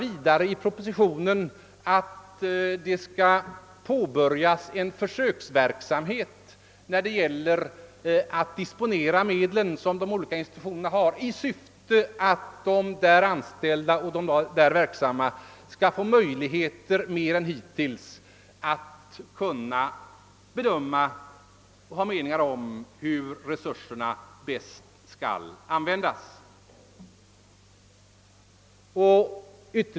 | I propositionen förordar vi också e försöksverksamhet när det gäller dispositionen av de olika institutionernas medel i syfte att de som är där anställda och verksamma skall få större möjligheter än hittills att bedöma och framföra meningar om hur resurserna bäst skall användas.